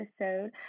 episode